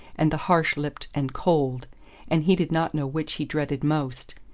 and the harsh-lipped and cold and he did not know which he dreaded most.